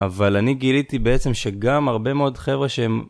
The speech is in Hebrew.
אבל אני גיליתי בעצם שגם הרבה מאוד חבר'ה שהם...